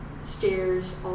stairs